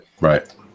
Right